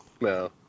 no